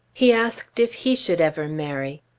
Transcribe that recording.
he asked if he should ever marry.